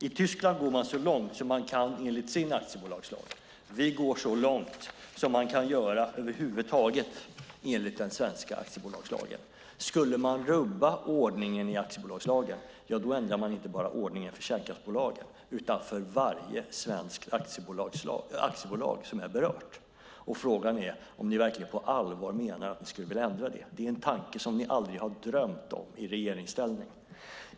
I Tyskland går man så långt man kan enligt sin aktiebolagslag. Vi går så långt som vi över huvud taget kan göra enligt den svenska aktiebolagslagen. Om ordningen i aktiebolagslagen skulle rubbas ändras inte bara ordningen för kärnkraftsbolagen utan också för varje svenskt aktiebolag som är berört. Frågan är om ni verkligen på allvar menar att ni vill ändra den. Det är en tanke som ni aldrig har drömt om i regeringsställning.